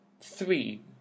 three